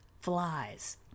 flies